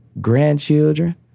grandchildren